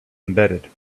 embedded